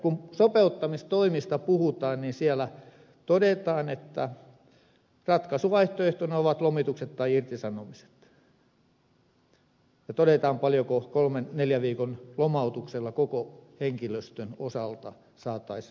kun sopeuttamistoimista puhutaan niin siellä todetaan että ratkaisuvaihtoehtoina ovat lomitukset tai irtisanomiset ja todetaan paljonko kolmen neljän viikon lomautuksella koko henkilöstön osalta saataisiin mahdollisia säästöjä